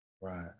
Right